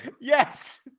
Yes